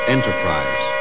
Enterprise